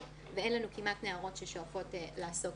ואין לנו כמעט נערות ששואפות לעסוק